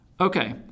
Okay